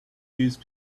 these